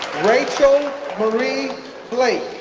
rachel marie blake,